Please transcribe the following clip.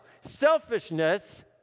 Selfishness